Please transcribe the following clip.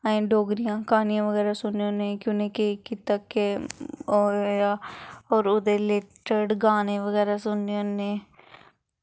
अस डोगरी क्हानियां बगैरा सुनन्ने होन्ने कि उ'नें केह् कीता केह् होआ होर ओह्दे रिलेटिड़ गाने बगैरा सुनन्ने होन्ने